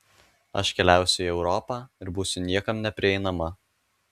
aš keliausiu į europą ir būsiu niekam neprieinama